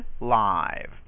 live